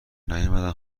نیومدن